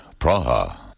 Praha